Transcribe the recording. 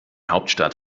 hauptstadt